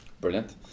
Brilliant